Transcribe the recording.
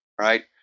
right